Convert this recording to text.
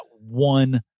one